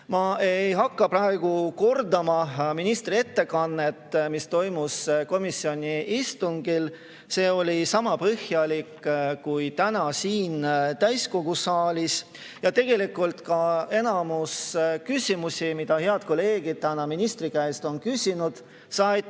Ma ei hakka praegu kordama ministri ettekannet, mis toimus komisjoni istungil. See oli sama põhjalik kui täna siin täiskogu saalis. Ja tegelikult ka enamus küsimusi, mida head kolleegid täna ministri käest on küsinud, said